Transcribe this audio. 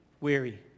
weary